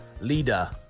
leader